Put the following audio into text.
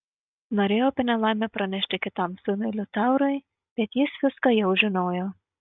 norėjau apie nelaimę pranešti kitam sūnui liutaurui bet jis viską jau žinojo